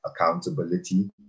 accountability